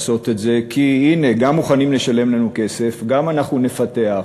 כי הנה, גם מוכנים לשלם לנו כסף, גם אנחנו נפתח,